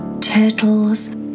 turtles